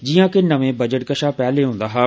जियां के नमें बजट कशा ौहलें होंदा हा